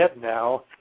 now